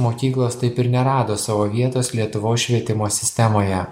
mokyklos taip ir nerado savo vietos lietuvos švietimo sistemoje